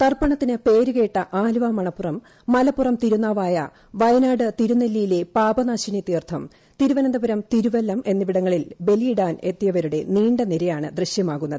തർപ്പണത്തിന് പേരുകേട്ട ആലുവ മണപ്പൂറം മലപ്പുറം തിരുനാവായ വയനാട് തിരുനെല്ലിയിലെ പാപനാശിനി തീർത്ഥം തിരുവനന്തപുരം തിരുവല്ലം എന്നിവിടങ്ങളിൽ ബലിയിടാനെത്തിയവരുടെ നീണ്ട നിരയാണ് ദൃശ്യമാകുന്നത്